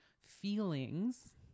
feelings